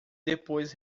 depois